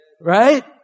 Right